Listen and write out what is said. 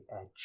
Edge